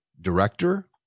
director